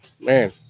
man